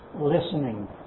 Listening